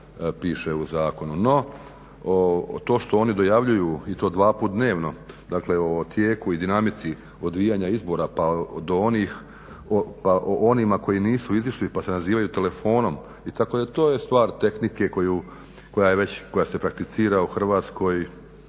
piše u zakonu. No to što oni dojavljuju i to dvaput dnevno dakle o tijeku i dinamici odvijanja izbora pa o onima koji nisu izišli pa se nazivaju telefon itd., to je stvar tehnike koja se prakticira u Hrvatskoj